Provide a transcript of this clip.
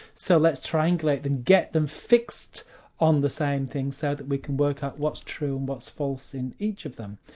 so let's triangulate them, get them fixed on the same thing so that we can work out what's true and what's false in each of them,